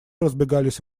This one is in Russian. разбегались